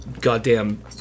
goddamn